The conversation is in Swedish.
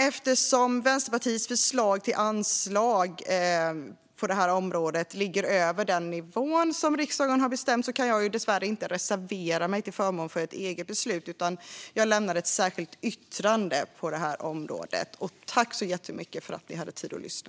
Eftersom Vänsterpartiets förslag till anslag på det här området ligger över den nivå som riksdagen bestämt kan jag dessvärre inte reservera mig till förmån för ett eget förslag utan lämnar ett särskilt yttrande. Tack så jättemycket för att ni hade tid att lyssna!